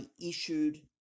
issued